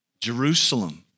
Jerusalem